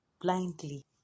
blindly